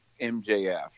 MJF